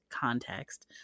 context